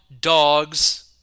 Dogs